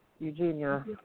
Eugenia